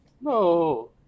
No